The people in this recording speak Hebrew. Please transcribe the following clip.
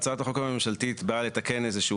הצעת החוק הממשלתית באה לתקן איזהו